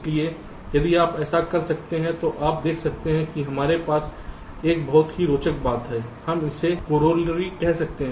इसलिए यदि आप ऐसा कर सकते हैं तो आप देख सकते हैं कि हमारे पास एक बहुत ही रोचक बात है आप इसे कोरोलरी कह सकते हैं